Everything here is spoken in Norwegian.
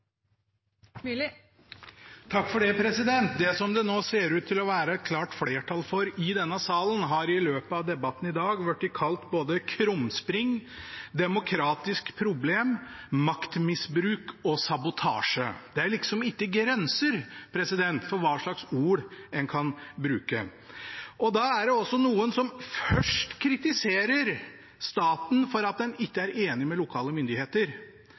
Det som det nå ser ut til å være et klart flertall for i denne salen, har i løpet av debatten i dag blitt kalt både krumspring, demokratisk problem, maktmisbruk og sabotasje. Det er liksom ikke grenser for hva slags ord en kan bruke. Det er noen som først kritiserer staten for at en ikke er enig med lokale myndigheter.